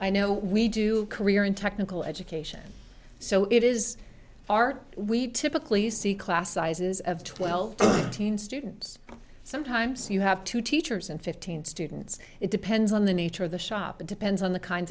i know we do career in technical education so it is art we've typically see class sizes of twelve thousand students sometimes you have two teachers and fifteen students it depends on the nature of the shop it depends on the kinds